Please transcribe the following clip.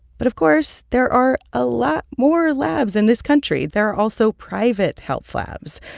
but, of course, there are a lot more labs in this country. there are also private health labs,